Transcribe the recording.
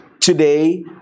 today